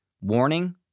warning